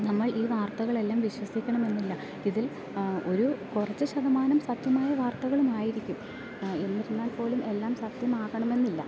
നമ്മൾ ഈ വാർത്തകളെല്ലാം വിശ്വസിക്കണമെന്നില്ല ഇതിൽ ഒരു കുറച്ച് ശതമാനം സത്യമായ വാർത്തകളുമായിരിക്കും എന്നിരുന്നാൽപ്പോലും എല്ലാം സത്യമാകണമെന്നില്ല